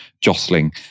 jostling